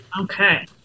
Okay